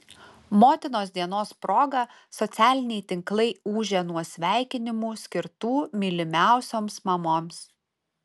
motinos dienos proga socialiniai tinklai ūžė nuo sveikinimų skirtų mylimiausioms mamoms